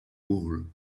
wall